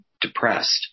depressed